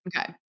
Okay